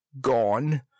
Gone